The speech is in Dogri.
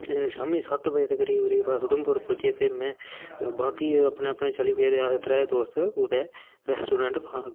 शामी सत्त बजे करीब करीब अस उधमपुर पुज्जे ते में बाकी अपने अपने चली पे ते अस त्रै दोस्त कुदे रैस्ट्रां